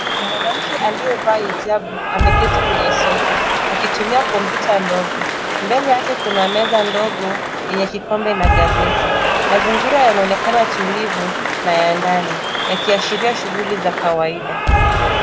Mwanamke aliyevaa hijabu ameketi kwenye sofa, akitumia kompyuta ndogo. Mbele yake kuna meza ndogo yenye kikombe na gazeti. Mazingira yanaonekana tulivu na ya ndani, yakiashiria shughuli za kawaida.